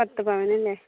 പത്തു പവൻ അല്ലേ